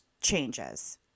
changes